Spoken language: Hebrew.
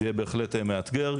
זה יהיה בהחלט מאתגר.